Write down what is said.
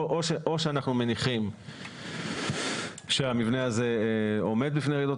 או שאנחנו מניחים שהמבנה הזה עומד בפני רעידות